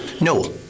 No